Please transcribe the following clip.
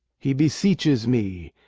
he beseeches me,